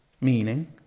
Meaning